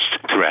threat